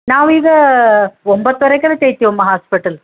ನಾವೀಗ ಒಂಬತ್ತೂವರೆಗೆ ತೆಗೀತೀವಮ್ಮ ಹಾಸ್ಪಿಟಲ್